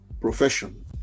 profession